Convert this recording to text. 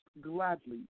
gladly